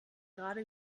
gerade